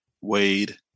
Wade